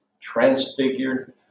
Transfigured